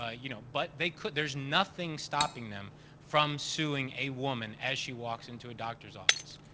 ah you know, but they could there's nothing stopping them from suing a woman as she walks into a doctor's office,